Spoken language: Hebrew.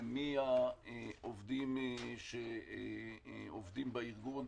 מהעובדים שעובדים בארגון.